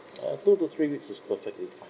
uh I think to it four thirty five